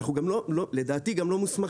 אנחנו לדעתי גם לא מוסמכים,